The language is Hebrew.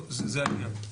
זה העניין.